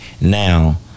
now